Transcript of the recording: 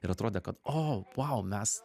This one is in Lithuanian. ir atrodė kad o vau mes